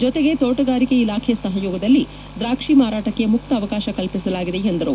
ಜೊತೆಗೆ ತೋಟಗಾರಿಕೆ ಇಲಾಖೆ ಸಹಯೋಗದಲ್ಲಿ ದ್ರಾಕ್ಷಿ ಮಾರಾಟಕ್ಕೆ ಮುಕ್ತ ಅವಕಾಶ ಕಲ್ಪಿಸಲಾಗಿದೆ ಎಂದರು